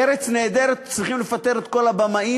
"ארץ נהדרת" צריכים לפטר את כל הבמאים,